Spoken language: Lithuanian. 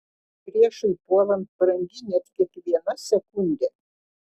priešui puolant brangi net kiekviena sekundė